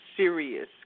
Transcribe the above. serious